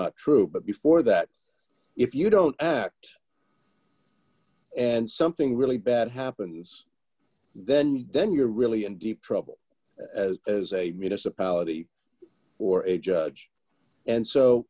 not true but before that if you don't act and something really bad happens then you then you're really in deep trouble as a municipality or a judge and so